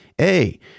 A-